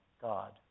God